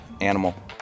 animal